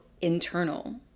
internal